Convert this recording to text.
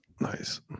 nice